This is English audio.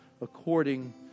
according